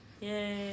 Yay